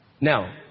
Now